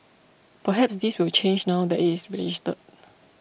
perhaps this will change now that it is registered